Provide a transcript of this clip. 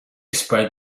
spread